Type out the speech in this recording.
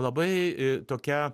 labai tokia